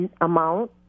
amount